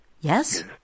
Yes